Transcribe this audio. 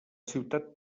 ciutat